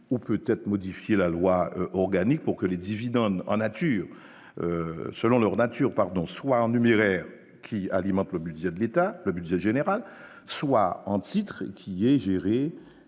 ou peut-être modifier la loi organique pour que les dividendes en nature selon leur nature, pardon, soit en numéraire qui alimentent le budget de l'État, le budget général, soit en titre qui est géré